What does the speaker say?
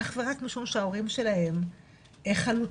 אך ורק משום שההורים שלהם חלוצים,